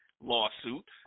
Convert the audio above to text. lawsuit